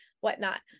whatnot